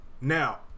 now